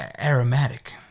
aromatic